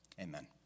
Amen